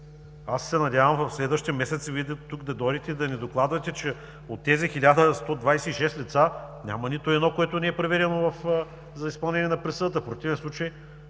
Вие да дойдете тук и да ни докладвате, че от тези 1126 лица няма нито едно, което не е приведено за изпълнение на присъдата. В противен случай,